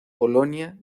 polonia